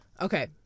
Okay